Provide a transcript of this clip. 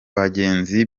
bagenzi